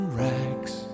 rags